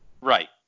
Right